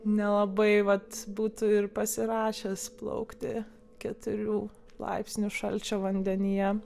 nelabai vat būtų ir pasirašęs plaukti keturių laipsnių šalčio vandenyje